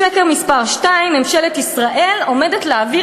שקר מספר שתיים: ממשלת ישראל עומדת להעביר